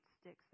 sticks